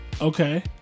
Okay